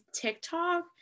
TikTok